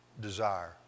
desire